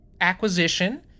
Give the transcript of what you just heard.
acquisition